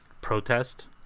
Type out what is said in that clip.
protest